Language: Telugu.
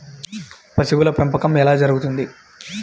పశువుల పెంపకం ఎలా జరుగుతుంది?